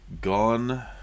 gone